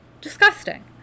disgusting